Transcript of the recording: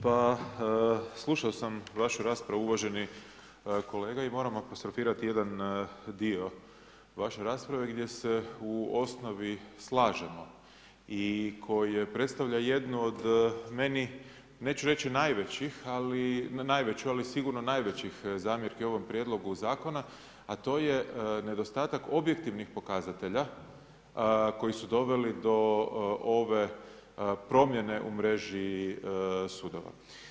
Pa slušao sam vašu raspravu uvaženi kolega i moram apostrofirati jedan dio vaše rasprave gdje se u osnovi slažemo i koje predstavlja jednu od meni neću reći najvećih, ali sigurno najvećih zamjerki ovom prijedlogu zakona, a to je nedostatak objektivnih pokazatelja koji su doveli do ove promjene u mreži sudova.